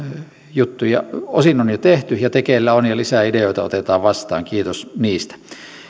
juttuja osin on jo tehty ja tekeillä on ja lisää ideoita otetaan vastaan kiitos niistä